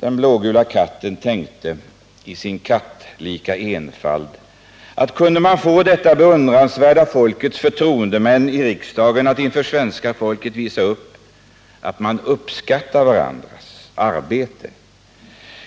Den blågula katten tänkte i sin kattlika enfald att kunde man få detta beundransvärda folks förtroendemän i riksdagen att inför svenska folket visa upp att man uppskattar varandras arbete,